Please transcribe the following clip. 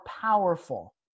powerful